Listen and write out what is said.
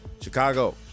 Chicago